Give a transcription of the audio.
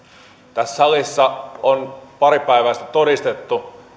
tässä salissa on pari päivää sitten todistettu